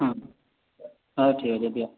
ହଁ ହଉ ଠିକ୍ ଅଛେ ଦିଅ